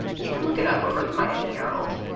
you can look it up over at the miami herald.